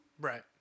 Right